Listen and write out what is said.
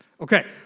Okay